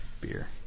beer